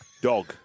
Dog